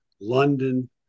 London